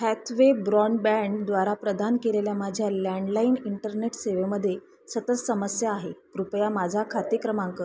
Hathway broadband द्वारा प्रदान केलेल्या माझ्या लँडलाईन इंटरनेट सेवेमध्ये सतत समस्या आहे कृपया माझा खाते क्रमांक